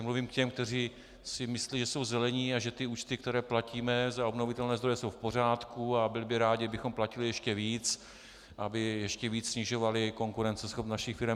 Mluvím k těm, kteří si myslí, že jsou zelení a že účty, které platíme za obnovitelné zdroje, jsou v pořádku, a byli by rádi, kdybychom platili ještě víc, aby ještě víc snižovali konkurenceschopnost našich firem.